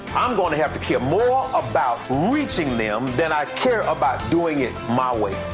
i'm going to have to care more about reaching them than i care about doing it my way.